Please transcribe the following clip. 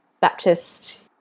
baptist